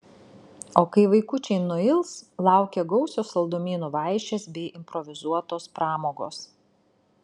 o kai vaikučiai nuils laukia gausios saldumynų vaišės bei improvizuotos pramogos